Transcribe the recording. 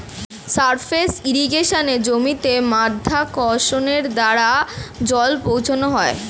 surface ইর্রিগেশনে জমিতে মাধ্যাকর্ষণের দ্বারা জল পৌঁছানো হয়